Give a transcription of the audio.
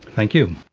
thank you.